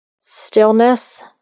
stillness